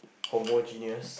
homogenous